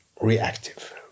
reactive